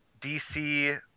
DC